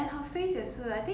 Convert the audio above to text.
ya so amazing